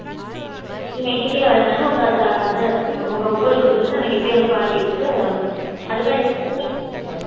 ம் ம் நீங்கள் இன்றைக்கே வர்றதுனாலும் உங்கள்ட்ட அட்ரெஸ் உங்க முகவரி கொடுக்குறீங்கன்னா நீங்கள் இப்பயே வந்து பார்வையிட்டுட்டு அதுக்கான பேமெண்ட் கொடுத்து